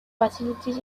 facilities